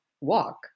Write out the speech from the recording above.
walk